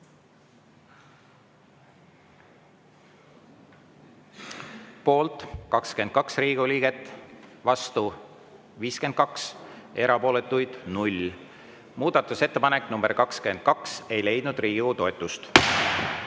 Poolt 22 Riigikogu liiget, vastu 52, erapooletuid 0. Muudatusettepanek nr 22 ei leidnud Riigikogu